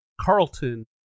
Carlton